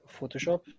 Photoshop